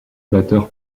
batteur